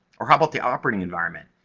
or how about the operating environment?